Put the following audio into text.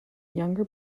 younger